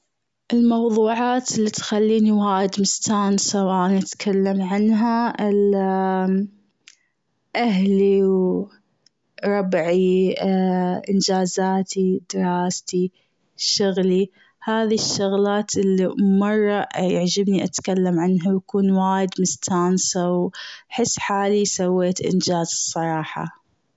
الموضوعات اللي تخليني وايد مستانسة وأنا اتكلم عنها أهلي وربعي انجازاتي دراستي شغلي هذي الشغلات اللي مره يعجبني اتكلم عنها وأكون وايد مستانسة وأحس حالي سويت انجاز صراحة.